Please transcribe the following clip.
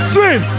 Swim